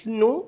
no